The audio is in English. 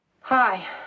Hi